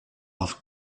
off